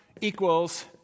equals